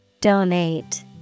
Donate